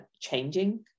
changing